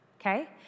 okay